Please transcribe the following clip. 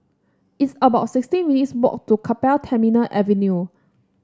it's about sixty minutes walk to Keppel Terminal Avenue